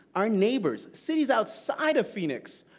our neighbors, cities outside of phoenix,